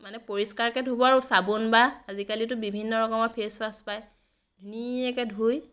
মানে পৰিষ্কাৰকৈ ধুব আৰু চাবোন বা আজিকালিতো বিভিন্ন ৰকমৰ ফেচৱাছ পায় ধুনীয়াকৈ ধুই